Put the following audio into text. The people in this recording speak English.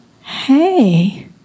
Hey